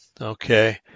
Okay